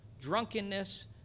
drunkenness